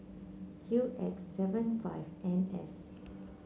Q X seven five N S